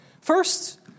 First